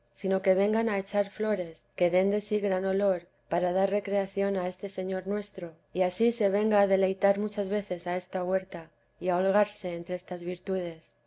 sino que vengan a echar flores que den de sí gran olor para dar recreación a este señor nuestro y ansí se venga a deleitar muchas veces a esta huerta y a holgarse entre estas virtudes